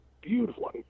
beautiful